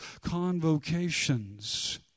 convocations